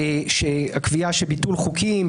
הקביעה שביטול חוקים,